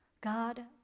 God